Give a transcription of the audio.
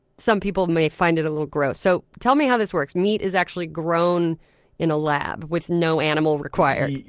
some people may find it a little gross. so tell me how this works. meat is actually grown in a lab with no animal required?